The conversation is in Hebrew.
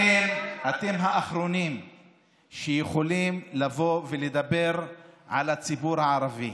אתם האחרונים שיכולים לבוא ולדבר על הציבור הערבי.